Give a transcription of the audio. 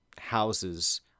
houses